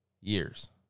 years